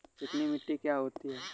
चिकनी मिट्टी क्या होती है?